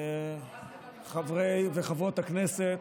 חברי וחברות הכנסת,